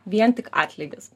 vien tik atlygis